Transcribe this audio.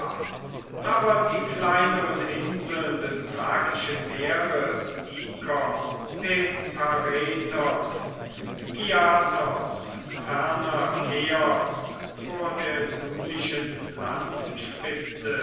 aber die kleineren inseln des thrakischen meeres ikos peparethos skiathos ferner keos vor der